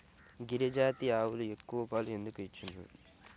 గిరిజాతి ఆవులు ఎక్కువ పాలు ఎందుకు ఇచ్చును?